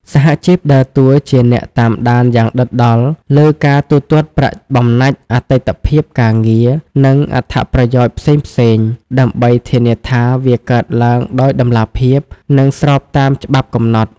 សហជីពដើរតួជាអ្នកតាមដានយ៉ាងដិតដល់លើការទូទាត់ប្រាក់បំណាច់អតីតភាពការងារ និងអត្ថប្រយោជន៍ផ្សេងៗ ដើម្បីធានាថាវាកើតឡើងដោយតម្លាភាព និងស្របតាមច្បាប់កំណត់។